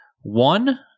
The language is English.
One